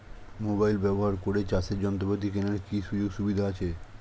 Mobile ব্যবহার করে চাষের যন্ত্রপাতি কেনার কি সুযোগ সুবিধা আছে?